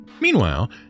meanwhile